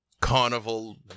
carnival